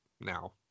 now